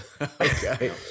Okay